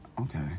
Okay